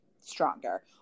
stronger